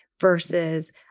versus